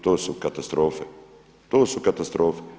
To su katastrofe, to su katastrofe.